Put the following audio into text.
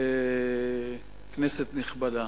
כנסת נכבדה,